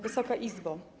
Wysoka Izbo!